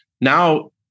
Now